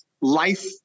life